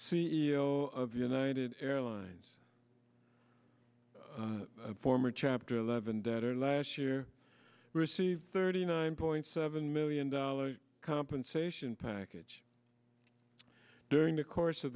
o of united airlines a former chapter eleven debtor last year received thirty nine point seven million dollars compensation package during the course of